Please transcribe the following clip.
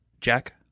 jack